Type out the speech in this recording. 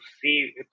see